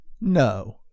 No